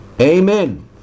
Amen